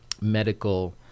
medical